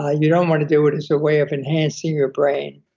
ah you don't want to do it as a way of enhancing your brain,